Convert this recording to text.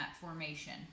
formation